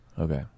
Okay